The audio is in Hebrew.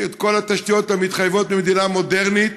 את כל התשתיות המתחייבות למדינה מודרנית,